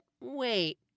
wait